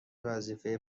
وظیفه